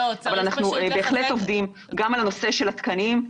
אבל אנחנו בהחלט עובדים גם על הנושא של התקנים.